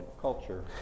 Culture